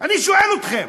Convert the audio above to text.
אני שואל אתכם.